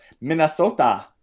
Minnesota